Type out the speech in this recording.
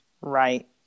Right